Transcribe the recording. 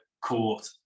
court